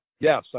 Yes